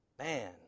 Man